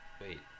Wait